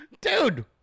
Dude